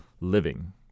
living